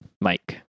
mike